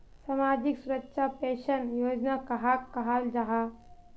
सामाजिक सुरक्षा पेंशन योजना कहाक कहाल जाहा जाहा?